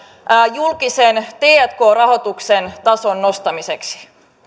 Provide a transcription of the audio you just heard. julkisen tk rahoituksen tason nostamiseksi